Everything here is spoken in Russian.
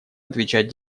отвечать